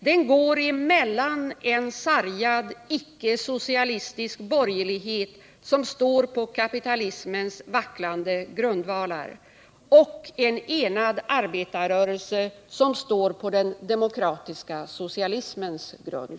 Den går mellan en sargad, ickesocialistisk borgerlighet som står på kapitalismens vacklande grundvalar och en enad arbetarrörelse som står på den demokratiska socialismens grund.